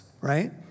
right